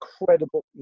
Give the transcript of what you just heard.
incredible